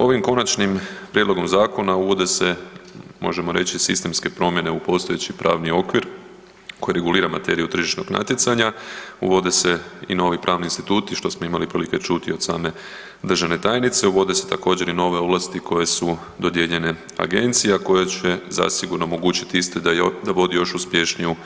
Ovim konačnim prijedlogom zakona uvode se možemo reći sistemske promjene u postojeći pravni okvir koji regulira materiju tržišnog natjecanja, uvode se i novi pravni instituti što smo imali prilike čuti od same državne tajnice, uvode se također i nove ovlasti koje su dodijeljene agenciji, a koje će zasigurno omogućiti istoj da vodi još uspješniju